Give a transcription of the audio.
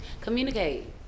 Communicate